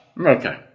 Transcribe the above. Okay